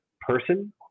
person